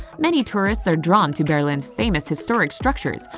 many tourists are drawn to berlin's famous historic structures,